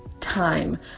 time